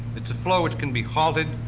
it's a flow which can be halted,